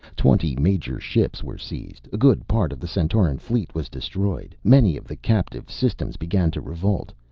twenty major ships were seized. a good part of the centauran fleet was destroyed. many of the captive systems began to revolt,